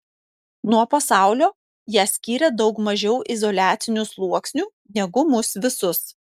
nuo pasaulio ją skyrė daug mažiau izoliacinių sluoksnių negu mus visus